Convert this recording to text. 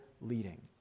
leading